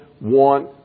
want